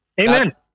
Amen